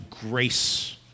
grace